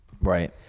Right